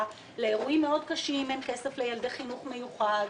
לאירועים מאוד קשים אין כסף לילדי חינוך מיוחד.